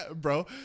bro